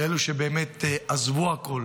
לאלו שבאמת עזבו הכול